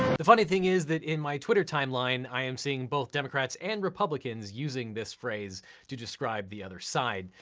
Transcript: the funny thing is that in my twitter timeline, i am seeing both democrats and republicans using this phrase to describe the other side,